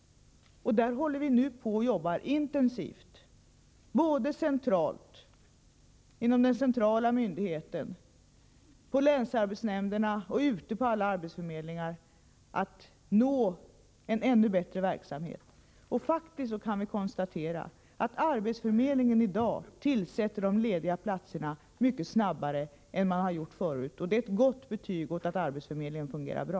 Vi arbetar nu intensivt — inom den centrala myndigheten, på länsarbetsnämnderna och ute på alla arbetsförmedlingar — för att uppnå en = Nr 100 ännu bättre verksamhet. Tisdagen den Vi kan konstatera att arbetsförmedlingen i dag tillsätter de lediga platserna — 19 mars 1985 mycket snabbare än man har gjort tidigare. Detta innebär ett gott betyg och visar att arbetsförmedlingen fungerar bra.